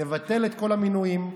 נבטל את כל המינויים.